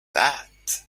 that